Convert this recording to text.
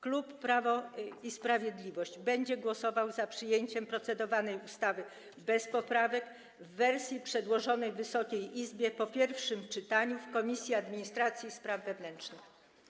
Klub Prawo i Sprawiedliwość będzie głosował za przyjęciem procedowanej ustawy bez poprawek, w wersji przedłożonej Wysokiej Izbie po pierwszym czytaniu w Komisji Administracji i Spraw Wewnętrznych.